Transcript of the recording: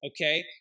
okay